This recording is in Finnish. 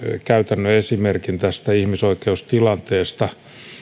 käytännön esimerkin tästä ihmisoikeustilanteesta